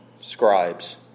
scribes